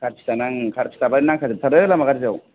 car थिखानां कार थिखामनोनांथा जोबथारो लामा गार्जिआव